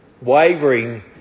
wavering